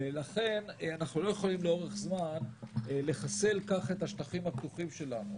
לכן אנחנו לא יכולים לאורך זמן לחסל כך את השטחים הפתוחים שלנו.